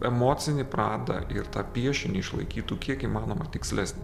emocinį pradą ir tą piešinį išlaikytų kiek įmanoma tikslesnį